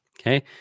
Okay